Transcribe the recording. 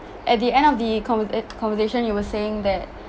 at the end of the conver~ conversation you were saying that